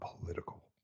political